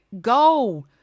Go